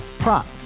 Prop